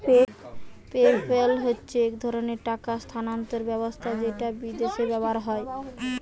PayPal হচ্ছে এক ধরণের টাকা স্থানান্তর ব্যবস্থা যেটা বিদেশে ব্যবহার হয়